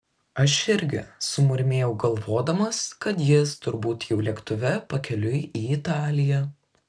aš irgi sumurmėjau galvodamas kad jis turbūt jau lėktuve pakeliui į italiją